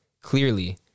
Clearly